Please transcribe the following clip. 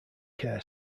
care